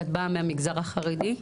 את באה מהמגזר החרדי?